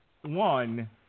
One